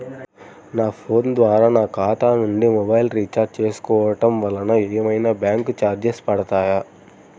నా ఫోన్ ద్వారా నా ఖాతా నుండి మొబైల్ రీఛార్జ్ చేసుకోవటం వలన ఏమైనా బ్యాంకు చార్జెస్ పడతాయా?